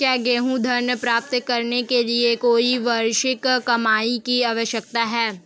क्या गृह ऋण प्राप्त करने के लिए कोई वार्षिक कमाई की आवश्यकता है?